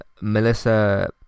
Melissa